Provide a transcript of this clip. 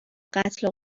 قتل